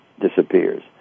disappears